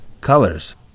colors